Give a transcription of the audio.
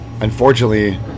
Unfortunately